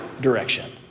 direction